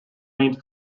made